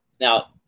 now